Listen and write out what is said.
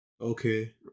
Okay